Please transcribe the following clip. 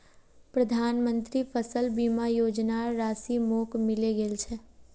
प्रधानमंत्री फसल बीमा योजनार राशि मोक मिले गेल छै